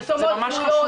זה ממש חשוב.